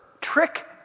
Trick